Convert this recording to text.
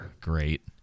Great